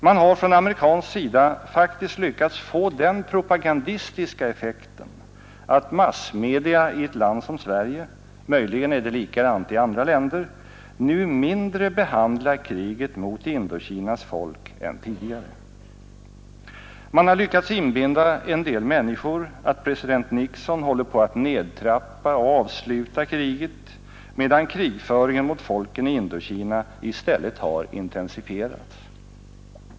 Man har från amerikansk sida faktiskt lyckats få den propagandistiska effekten att massmedia i ett land som Sverige — möjligen är det likadant i andra länder — nu mindre behandlar kriget mot Indokinas folk än tidigare. Man har lyckats inbilla en del människor att president Nixon håller på att nedtrappa och avsluta kriget, medan krigföringen mot folken i Indokina i stället har intensifierats.